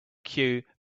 queue